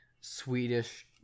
Swedish